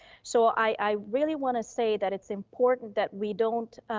so i really want to say that it's important that we don't,